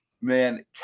man